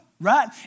right